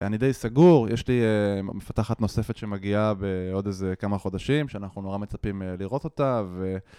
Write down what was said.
אני די סגור, יש לי מפתחת נוספת שמגיעה בעוד איזה כמה חודשים שאנחנו נורא מצפים לראות אותה ו...